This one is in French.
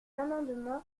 amendement